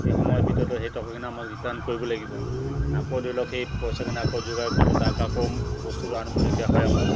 সেই সময়ৰ ভিতৰত সেই টকাখিনি আমাক ৰিটাৰ্ণ কৰিব লাগিব আকৌ ধৰি লওক সেই পইচাখিনি আকৌ যোগাৰ কৰিলোঁ তাক আকৌ বস্তুবোৰ আনিবলগীয়া হয় আমাৰ